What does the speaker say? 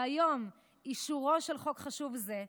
היום אישורו של חוק חשוב זה,